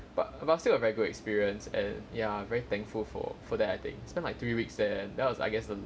but about still a very good experience and ya very thankful for for that I think spent like three weeks there that was I guess the